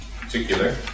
particular